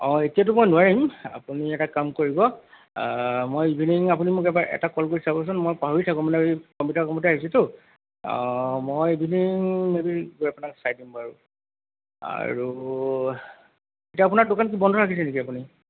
অঁ এতিয়াতো মই নোৱাৰিম আপুনি এটা কাম কৰিব মই ইভিনিং আপুনি মোক এবাৰ এটা কল কৰি চাবচোন মই পাহৰি থাকোঁ মানে এই কম্পিউটাৰ কামতে আহিছোঁতো অঁ মই ইভিনিং মে'বি গৈ আপোনাক চাই দিম বাৰু আৰু এতিয়া আপোনাৰ দোকান কি বন্ধ ৰাখিছে নেকি আপুনি